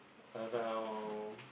around